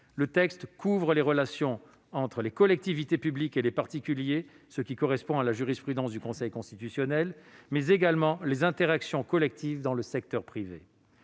Le texte couvre les relations entre les collectivités publiques et les particuliers, ce qui correspond à la jurisprudence du Conseil constitutionnel, mais également les interactions collectives dans le secteur privé.